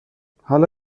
حالا